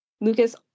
Lucas